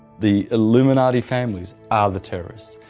the illuminati families are the terrorists.